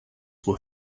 were